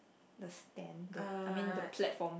the stand the I mean the platform